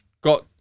got